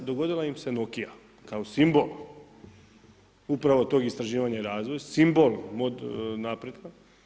I dogodila im se Nokia kao simbol, upravo tog istraživanja i razvoj, simbol napretka.